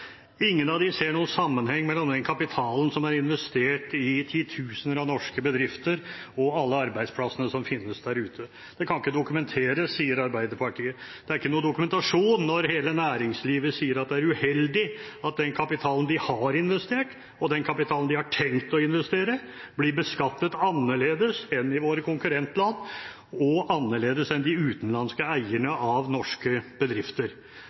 Ingen av dem ser noen sammenheng mellom den kapitalen som er investert i titusener av norske bedrifter, og alle arbeidsplassene som finnes der ute. Det kan ikke dokumenteres, sier Arbeiderpartiet. Det er ikke noen dokumentasjon når hele næringslivet sier det er uheldig at den kapitalen de har investert, og den kapitalen de har tenkt å investere, blir beskattet annerledes enn i våre konkurrentland, og annerledes enn for de utenlandske eierne av norske bedrifter.